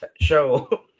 show